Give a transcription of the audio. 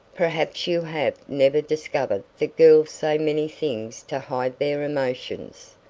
perhaps you have never discovered that girls say many things to hide their emotions.